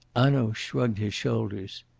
hanaud shrugged his shoulders.